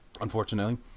unfortunately